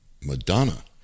Madonna